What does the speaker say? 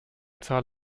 zahl